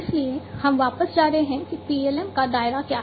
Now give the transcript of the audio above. इसलिए हम वापस जा रहे हैं कि PLM का दायरा क्या है